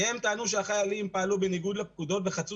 הם טענו שהחיילים פעלו בניגוד לפקודות וחצו